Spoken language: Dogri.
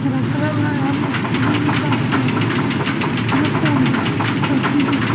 मेरे घरा आहला आया में उसी इयां इयां गल सनाई उंहे फोन कीता